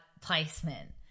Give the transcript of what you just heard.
placement